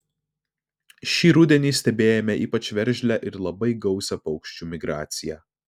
šį rudenį stebėjome ypač veržlią ir labai gausią paukščių migraciją